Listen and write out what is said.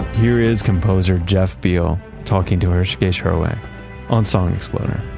here is composer jeff beal talking to ah hrishikesh hirway on song exploder.